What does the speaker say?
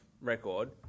record